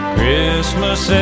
Christmas